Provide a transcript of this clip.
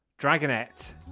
Dragonette